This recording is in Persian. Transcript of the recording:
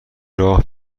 راه